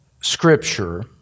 Scripture